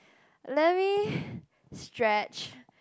let me stretch